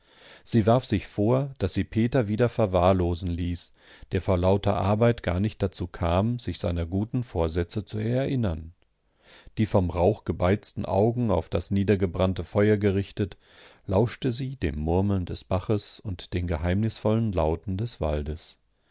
sie warf sich vor daß sie peter wieder verwahrlosen ließ der vor lauter arbeit gar nicht dazu kam sich seiner guten vorsätze zu erinnern die vom rauch gebeizten augen auf das niedergebrannte feuer gerichtet lauschte sie dem murmeln des baches und den geheimnisvollen lauten des waldes